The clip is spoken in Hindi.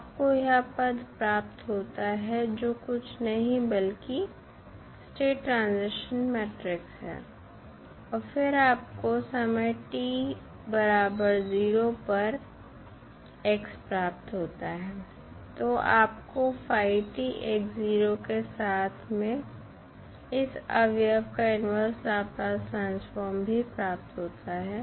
आपको यह पद प्राप्त होता है जो कुछ नहीं बल्कि स्टेट ट्रांजीशन मैट्रिक्स है और फिर आपको समय t बराबर 0 पर x प्राप्त होता है तो आपको के साथ में इस अवयव का इनवर्स लाप्लास ट्रांसफॉर्म भी प्राप्त होता है